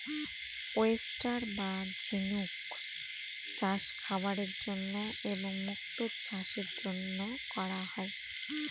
oyster বা ঝিনুক চাষ খাবারের জন্য এবং মুক্তো চাষের জন্য করা হয়